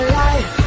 life